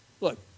Look